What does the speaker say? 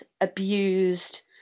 abused